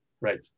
Right